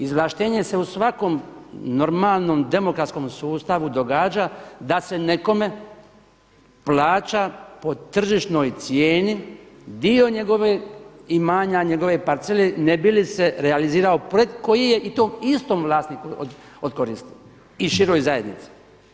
Izvlaštenje se u svakom normalnom demokratskom sustavu događa da se nekome plaća po tržišnoj cijeni dio njegovog imanja, njegove parcele ne bi li se realizirao koji je i to istom vlasniku od koristi i široj zajednici.